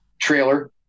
trailer